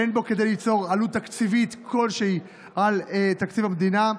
ואין בו כדי ליצור עלות תקציבית כלשהי בתקציב המדינה.